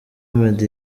meddy